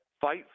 fight